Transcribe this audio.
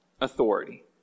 authority